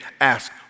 ask